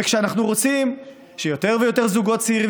וכשאנחנו רוצים שיותר ויותר זוגות צעירים